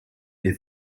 est